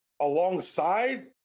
alongside